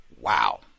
wow